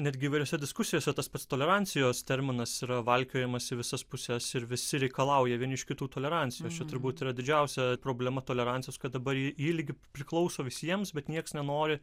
netgi įvairiose diskusijose tas pats tolerancijos terminas yra valkiojamas į visas puses ir visi reikalauja vieni iš kitų tolerancijos čia turbūt yra didžiausia problema tolerancijos kad dabar ji lyg priklauso visiems bet nieks nenori